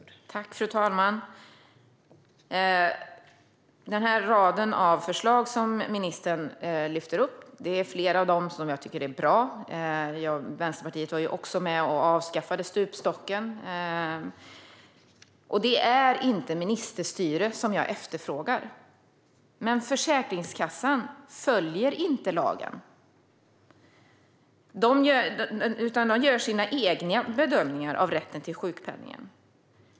Fru talman! Flera av de förslag i raden av förslag som ministern lyfter fram tycker jag är bra. Vänsterpartiet var också med om att avskaffa stupstocken. Det är inte ministerstyre som jag efterfrågar. Men Försäkringskassan följer inte lagen utan man gör sina egna bedömningar av rätten till sjukpenning.